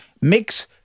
mix